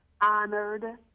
honored